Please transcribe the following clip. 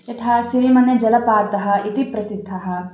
यथा सिरिमनेजलपातः इति प्रसिद्धः